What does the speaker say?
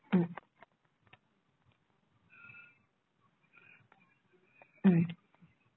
mm mm